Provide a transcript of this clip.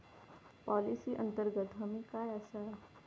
Policy अंतर्गत हमी काय आसा?